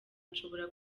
nshobora